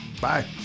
bye